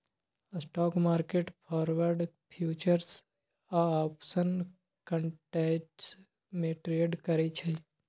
stock market forward, futures या option contracts में trade करई छई